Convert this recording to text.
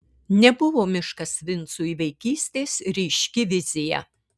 nebuvo miškas vincui vaikystės ryški vizija